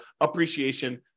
appreciation